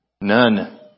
None